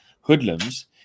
hoodlums